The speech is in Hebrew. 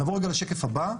נעבור לשקף הבא.